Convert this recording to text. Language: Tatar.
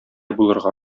булырга